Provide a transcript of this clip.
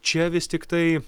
čia vis tiktai